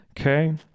Okay